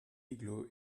igloo